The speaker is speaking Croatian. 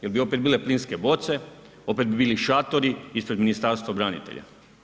Jel bi opet bile plinske boce, opet bi bili šatori ispred Ministarstva branitelja?